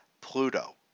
Pluto